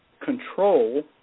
control